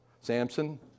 samson